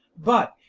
but,